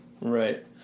Right